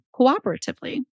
cooperatively